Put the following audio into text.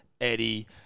Eddie